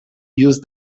use